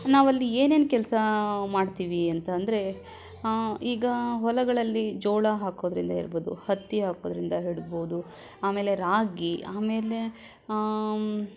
ನಾವಲ್ಲಿ ಏನೇನು ಕೆಲಸ ಮಾಡ್ತೀವಿ ಅಂತಂದರೆ ಈಗ ಹೊಲಗಳಲ್ಲಿ ಜೋಳ ಹಾಕೋದ್ರಿಂದ ಇರ್ಬೌದು ಹತ್ತಿ ಹಾಕೋದ್ರಿಂದ ಹಿಡ್ಬೌದು ಆಮೇಲೆ ರಾಗಿ ಆಮೇಲೆ